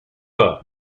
her